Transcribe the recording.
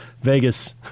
Vegas